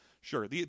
Sure